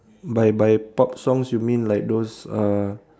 by by pop songs you mean like those uh